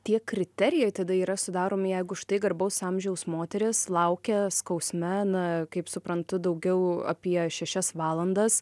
tie kriterijai tada yra sudaromi jeigu štai garbaus amžiaus moteris laukia skausme na kaip suprantu daugiau apie šešias valandas